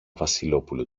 βασιλόπουλο